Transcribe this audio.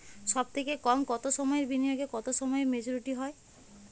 সবথেকে কম কতো সময়ের বিনিয়োগে কতো সময়ে মেচুরিটি হয়?